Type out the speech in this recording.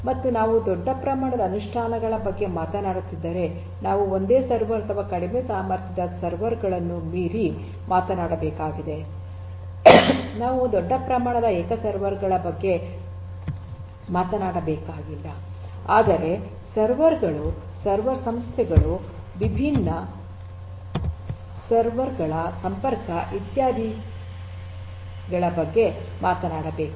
ಮತ್ತು ನಾವು ದೊಡ್ಡ ಪ್ರಮಾಣದ ಅನುಷ್ಠಾನಗಳ ಬಗ್ಗೆ ಮಾತನಾಡುತ್ತಿದ್ದರೆ ನಾವು ಒಂದೇ ಸರ್ವರ್ ಅಥವಾ ಕಡಿಮೆ ಸಾಮರ್ಥ್ಯದ ಸರ್ವರ್ ಗಳನ್ನು ಮೀರಿ ಮಾತನಾಡಬೇಕಾಗಿದೆ ನಾವು ದೊಡ್ಡ ಪ್ರಮಾಣದ ಏಕ ಸರ್ವರ್ ಬಗ್ಗೆ ಮಾತನಾಡಬೇಕಾಗಿಲ್ಲ ಆದರೆ ಸರ್ವರ್ ಗಳು ಸರ್ವರ್ ಸಂಸ್ಥೆಗಳು ವಿಭಿನ್ನ ಸರ್ವರ್ ಗಳ ಸಂಪರ್ಕ ಇತ್ಯಾದಿಗಳ ಬಗ್ಗೆ ಮಾತನಾಡಬೇಕು